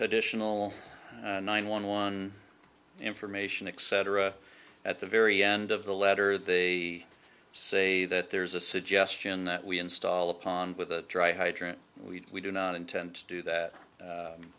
additional nine one one information except for a at the very end of the letter they say that there's a suggestion that we install a pond with a dry hydrant we do not intend to do that